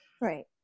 Right